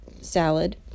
salad